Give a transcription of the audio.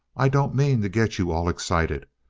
i don't mean to get you all excited.